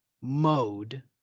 mode